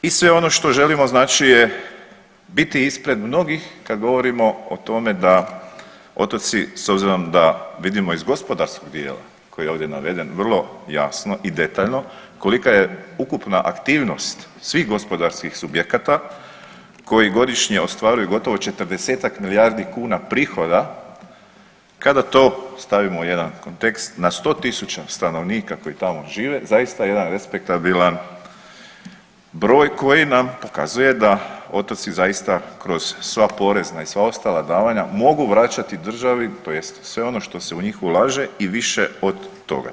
I sve ono što želimo znači je biti ispred mnogih kad govorimo o tome da otoci s obzirom da vidimo iz gospodarskog dijela koji je ovdje naveden vrlo jasno i detaljno kolika je ukupna aktivnost svih gospodarskih subjekata koji godišnje ostvaruju gotovo 40-ak milijardi kuna prihoda kada to stavimo u jedan kontekst na 100.000 stanovnika koji tamo žive, zaista jedan respektabilan broj koji nam pokazuje da otoci zaista kroz sva porezna i sva ostala davanja mogu vraćati državi tj. sve ono što se u njih ulaže i više od toga.